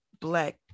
Black